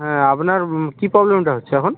হ্যাঁ আপনার কী প্রবলেমটা হচ্ছে এখন